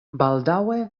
baldaŭe